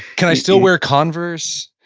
can i still wear converse?